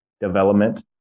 development